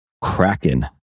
Kraken